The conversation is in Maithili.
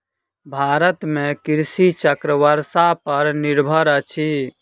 भारत में कृषि चक्र वर्षा पर निर्भर अछि